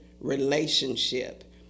relationship